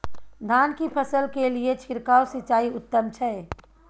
धान की फसल के लिये छिरकाव सिंचाई उत्तम छै?